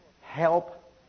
Help